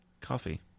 coffee